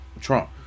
Trump